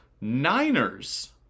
Niners